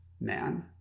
man